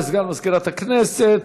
תודה לסגן מזכירת הכנסת.